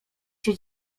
się